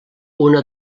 una